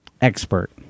expert